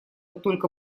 только